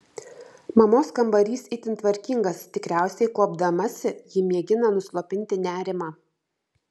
mamos kambarys itin tvarkingas tikriausiai kuopdamasi ji mėgina nuslopinti nerimą